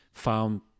found